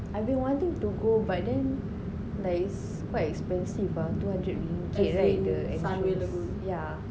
I've been wanting to go but then like it's quite expensive ah two hundred ringgit right the entrance yeah